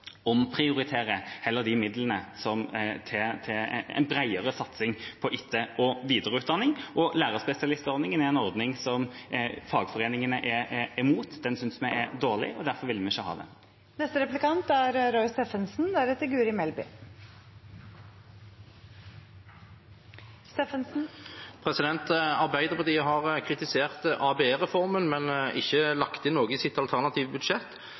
de midlene til en bredere satsing på etter- og videreutdanning. Lærerspesialistordningen er en ordning som fagforeningene er imot. Vi synes den er dårlig, og derfor vil vi ikke ha den. Arbeiderpartiet har kritisert ABE-reformen, men ikke lagt inn noe i sitt alternative budsjett.